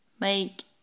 Make